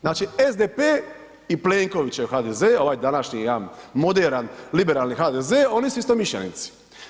Znači SDP i Plenkovićev HDZ, ovaj današnji jedan moderan, liberalni HDZ, oni su istomišljenici.